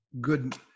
good